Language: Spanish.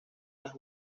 las